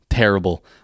terrible